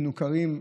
מנוכרים,